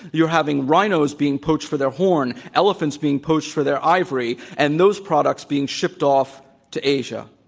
you are having rhinos being poached for their horn, elephants being poached for their ivory, and those products being shipped off to asia.